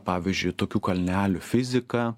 pavyzdžiui tokių kalnelių fiziką